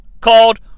called